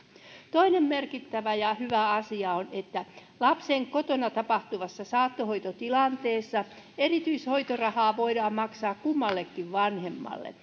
toinen merkittävä ja hyvä asia on että lapsen kotona tapahtuvassa saattohoitotilanteessa erityishoitorahaa voidaan maksaa kummallekin vanhemmalle